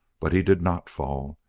but he did not fall.